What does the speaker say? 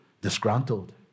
disgruntled